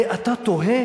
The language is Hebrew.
ואתה תוהה,